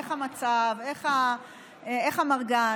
איך המצב, איך המרגש?